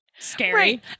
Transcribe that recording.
Scary